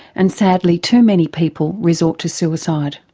and sadly too many people resort to suicide.